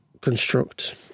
construct